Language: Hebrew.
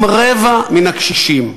אם רבע מן הקשישים,